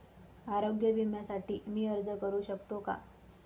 आरोग्य विम्यासाठी मी अर्ज करु शकतो का?